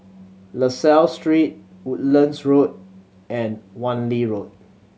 La Salle Street Woodlands Road and Wan Lee Road